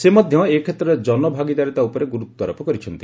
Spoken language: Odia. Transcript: ସେ ମଧ୍ୟ ଏ କ୍ଷେତ୍ରରେ ଜନଭାଗିଦାରୀତା ଉପରେ ଗୁରୁତ୍ୱାରୋପ କରିଛନ୍ତି